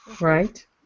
Right